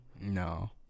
No